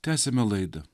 tęsiame laidą